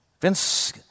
Vince